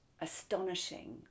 astonishing